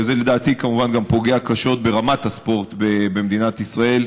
לדעתי זה כמובן גם פוגע קשות ברמת הספורט במדינת ישראל,